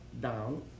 down